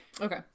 Okay